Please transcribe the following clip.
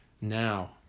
now